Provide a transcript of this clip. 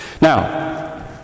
Now